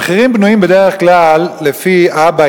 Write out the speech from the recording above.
המחירים בנויים בדרך כלל לפי אבא,